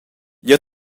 jeu